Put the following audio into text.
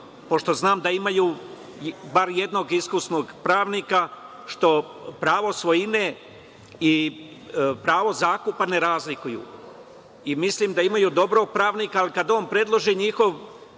pošto znam da imaju bar jednog iskusnog pravnika, što pravo svojine i pravo zakupa ne razlikuju. Mislim da imaju dobrog pravnika, ali kad on predloži njihov